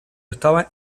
estaba